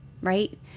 right